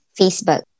Facebook